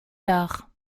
tard